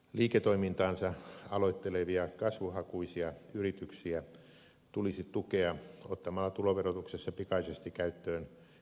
liiketoimintaansa aloittelevia kasvuhakuisia yrityksiä tulisi tukea ottamalla tuloverotuksessa pikaisesti käyttöön innovaatiokannustin